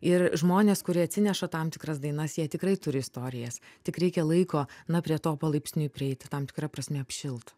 ir žmonės kurie atsineša tam tikras dainas jie tikrai turi istorijas tik reikia laiko na prie to palaipsniui prieiti tam tikra prasme apšilt